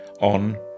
on